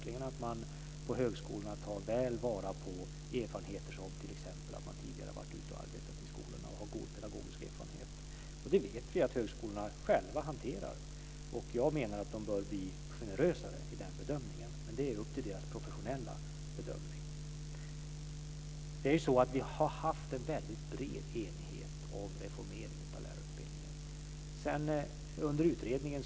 Jag hoppas också att högskolorna verkligen tar väl vara på sådana erfarenheter, t.ex. att man tidigare har varit ute och arbetat i skolorna och har god pedagogisk erfarenhet. Vi vet också att högskolorna själva hanterar detta. Jag menar att de bör bli generösare i den bedömningen, men det är upp till deras professionella bedömning. Vi har haft en väldigt bred enighet om reformeringen av lärarutbildningen.